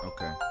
Okay